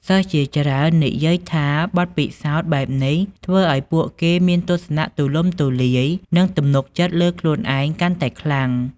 សិស្សជាច្រើននិយាយថាបទពិសោធន៍បែបនេះធ្វើឲ្យពួកគេមានទស្សនៈទូលំទូលាយ និងទំនុកចិត្តលើខ្លួនឯងកាន់តែខ្លាំង។